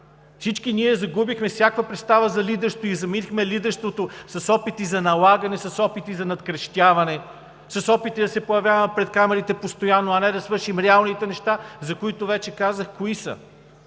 Всички ние загубихме всякаква представа за лидерство и заменихме лидерството с опити за налагане, с опити за надкрещяване, с опитите да се появяваме постоянно пред камерите, а не да свършим реалните неща, които вече казах кои са.